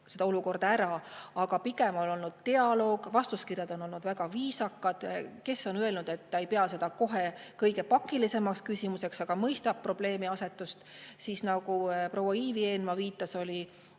seda olukorda ära. Aga pigem on olnud dialoog, vastuskirjad on olnud väga viisakad. Kes on öelnud, et ta ei pea seda kohe kõige pakilisemaks küsimuseks, aga mõistab probleemiasetust. Siis, nagu proua Ivi Eenmaa viitas, oli